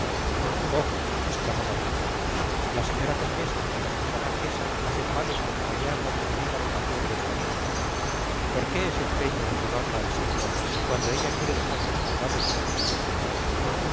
oh exclamó la vieja la señora condesa y la señora marquesa hacen mal en contrariar la decidida vocación de esta niña por qué ese empeño de llevarla al siglo cuando ella quiere dejar sus maldades y abominaciones